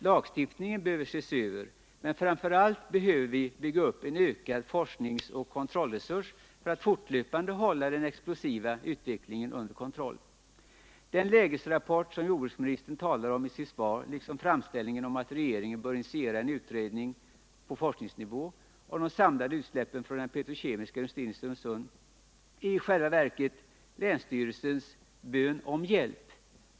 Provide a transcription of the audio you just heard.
Lagstiftningen behöver ses över, men framför allt behöver vi bygga upp en ökad forskningsoch kontrollresurs för att fortlöpande hålla den explosiva utvecklingen under kontroll. Den lägesrapport som jordbruksministern talar om i sitt svar liksom framställningen om att regeringen bör initiera en utredning på forskningsnivå om de samlade utsläppen från den petrokemiska industrin i Stenungsund är i själva verket länsstyrelsens bön om hjälp.